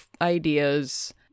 ideas